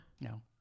No